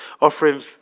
Offering